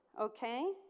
okay